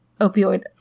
opioid